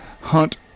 Hunt